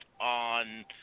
on